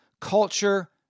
culture